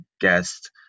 guest